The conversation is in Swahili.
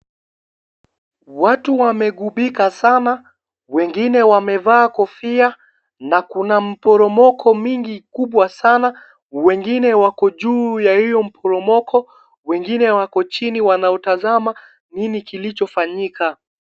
Watu wamegubika sana. Wengine wamevaa kofia na kuna mporomoko mingi, kubwa sana. Wengine wako juu ya hiyo mporomoko. Wengine wako chini wanaotazama nini kilichofanyika.